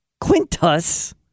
Quintus